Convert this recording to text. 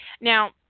Now